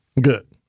Good